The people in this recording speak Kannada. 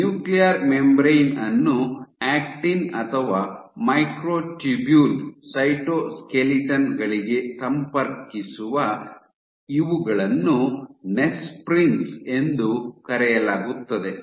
ನ್ಯೂಕ್ಲಿಯರ್ ಮೆಂಬ್ರೇನ್ ಅನ್ನು ಆಕ್ಟಿನ್ ಅಥವಾ ಮೈಕ್ರೊಟ್ಯೂಬ್ಯೂಲ್ ಸೈಟೋಸ್ಕೆಲಿಟನ್ ಗಳಿಗೆ ಸಂಪರ್ಕಿಸುವ ಇವುಗಳನ್ನು ನೆಸ್ಪ್ರಿನ್ಸ್ ಎಂದು ಕರೆಯಲಾಗುತ್ತದೆ